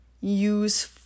use